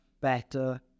better